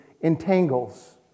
entangles